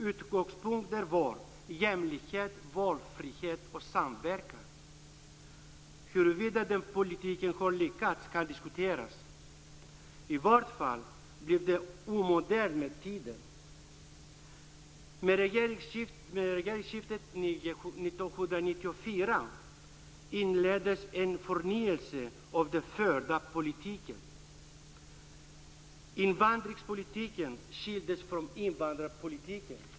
Utgångspunkterna var jämlikhet, valfrihet och samverkan. Huruvida den politiken har lyckats kan diskuteras. I vart fall blev den omodern med tiden. Med regeringsskiftet 1994 inleddes en förnyelse av den förda politiken. Invandringspolitiken skildes från invandrarpolitiken.